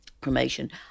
cremation